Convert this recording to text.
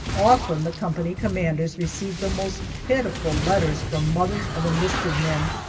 often the company commanders receive the most pitiful letters from mothers of enlisted men,